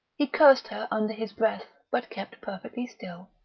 he cursed her under his breath, but kept perfectly still.